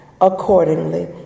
accordingly